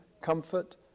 comfort